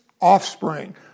offspring